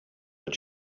were